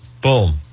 boom